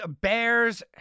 Bears